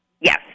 Yes